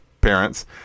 parents